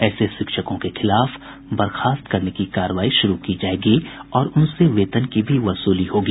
ऐसे शिक्षकों के खिलाफ बर्खास्त करने की कार्रवाई शुरू की जायेगी और उनसे वेतन की भी वसूली होगी